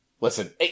Listen